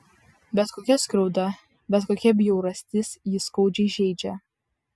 bet kokia skriauda bet kokia bjaurastis jį skaudžiai žeidžia